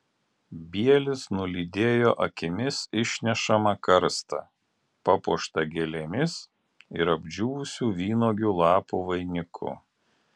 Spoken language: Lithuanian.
bielis nulydėjo akimis išnešamą karstą papuoštą gėlėmis ir apdžiūvusių vynuogių lapų vainiku